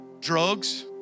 drugs